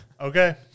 Okay